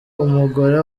umugore